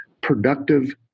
productive